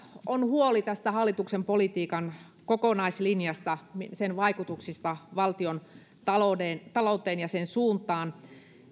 on huoli hallituksen politiikan kokonaislinjasta sen vaikutuksista valtiontalouteen ja sen suuntaan